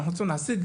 אנחנו רוצים להשיג,